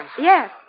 Yes